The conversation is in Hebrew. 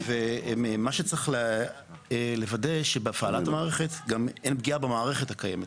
וצריך לוודא שבהפעלת המערכת אין פגיעה גם במערכת הקיימת.